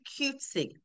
cutesy